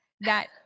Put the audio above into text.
that-